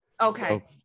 Okay